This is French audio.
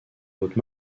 votre